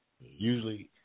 usually